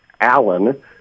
Allen